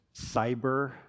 cyber